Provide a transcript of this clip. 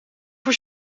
voor